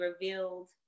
revealed